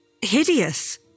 hideous